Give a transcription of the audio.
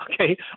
Okay